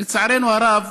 לצערנו הרב,